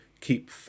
keep